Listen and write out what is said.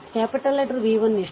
V 1 ಎಷ್ಟು